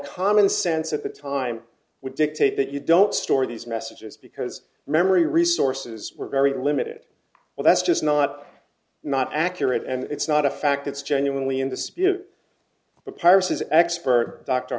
common sense at the time would dictate that you don't store these messages because memory resources were very limited well that's just not not accurate and it's not a fact it's genuinely in the spew the piracies expert dr